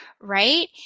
right